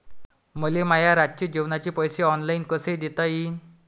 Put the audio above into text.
मले माया रातचे जेवाचे पैसे ऑनलाईन कसे देता येईन?